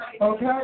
Okay